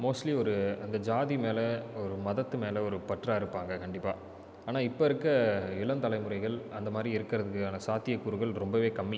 mostly ஒரு அந்த ஜாதி மேலே ஒரு மதத்து மேலே ஒரு பற்றாக இருப்பாங்க கண்டிப்பாக ஆனால் இப்போ இருக்க இளந்தலைமுறைகள் அந்த மாதிரி இருக்கிறதுக்கான சாத்திய கூறுகள் ரொம்பவே கம்மி